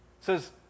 says